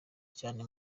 cyane